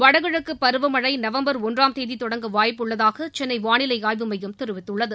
வடகிழக்கு பருவ மழை நவம்பர் ஒன்றாம் தேதி தொடங்க வாய்ப்பு உள்ளதாக சென்னை வானிலை ஆய்வு மையம் தெரிவித்துள்ளது